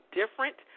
different